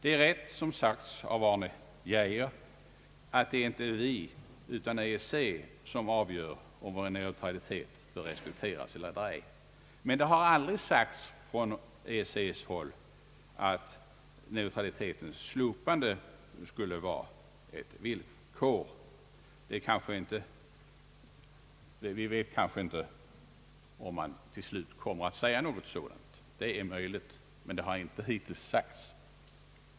Det är rätt som har sagts av herr Arne Geijer att det inte är vi utan EEC som avgör om vår neutralitet utgör hinder för medlemskap eller ej. Det har emellertid veterligen aldrig sagts från EEC:s håll, att neutralitetens slopande skulle vara ett villkor för medlemskap. Vi vet kanske inte till vilken slutsats i denna del EEC till sist kommer; det återstår att se.